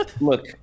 Look